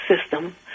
system